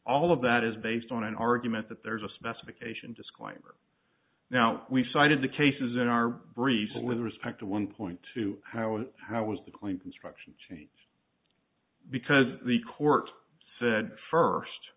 all of that is based on an argument that there's a specification disclaimer now we've cited the cases in our brief with respect to one point two how it how was the going construction changed because the court said first